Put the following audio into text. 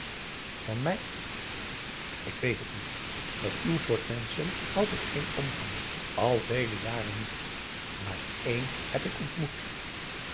van mij ik weet het niet met uw soort menschen houd ik geen omgang al vele jaren niet maar één heb ik ontmoet